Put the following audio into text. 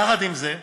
יחד עם זה,